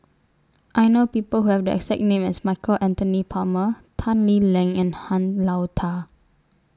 I know People Who Have The exact name as Michael Anthony Palmer Tan Lee Leng and Han Lao DA